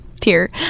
Tear